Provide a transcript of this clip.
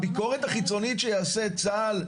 הביקורת החיצונית שיעשה את צה"ל,